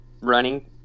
running